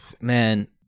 man